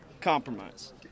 compromise